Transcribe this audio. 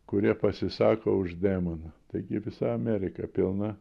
kurie pasisako už demoną taigi visa amerika pilna